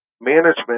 management